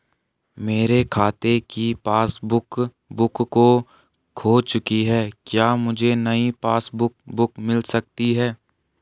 मेरे खाते की पासबुक बुक खो चुकी है क्या मुझे नयी पासबुक बुक मिल सकती है?